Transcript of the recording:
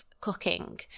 cooking